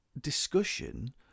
discussion